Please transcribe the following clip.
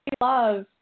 love